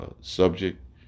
subject